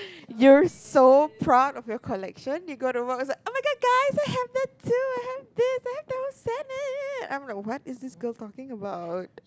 you're so proud of your collection you go to work is like oh-my-god guys I have that too I have this I have the whole set I'm like what is this girl talking about